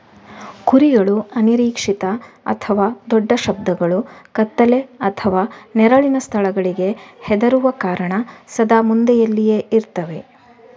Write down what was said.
ಕುರಿಗಳು ಅನಿರೀಕ್ಷಿತ ಅಥವಾ ದೊಡ್ಡ ಶಬ್ದಗಳು, ಕತ್ತಲೆ ಅಥವಾ ನೆರಳಿನ ಸ್ಥಳಗಳಿಗೆ ಹೆದರುವ ಕಾರಣ ಸದಾ ಮಂದೆಯಲ್ಲಿಯೇ ಇರ್ತವೆ